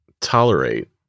tolerate